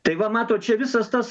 tai va matot čia visas tas